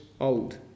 old